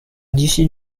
l’issue